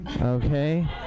okay